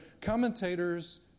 Commentators